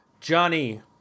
Johnny